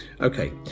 Okay